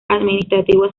administrativo